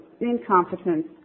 incompetence